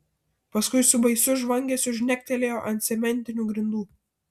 paskui su baisiu žvangesiu žnektelėjo ant cementinių grindų